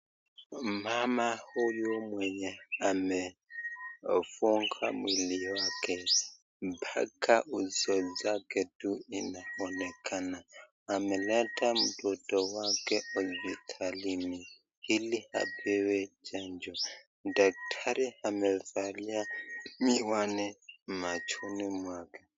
Mama huyu mwenye amefunga mwili wake mpaka uso zake tu inaonekana, ameleta mtoto wake hospitalini ili apewe chanjo. Daktari amevalia miwani machoni mwake.